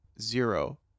Zero